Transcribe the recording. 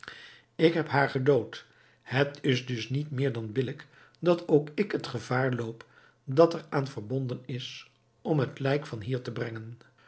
ik heb haar gedood het is dus niet meer dan billijk dat ook ik het gevaar loop dat er aan verbonden is om het lijk van hier te brengen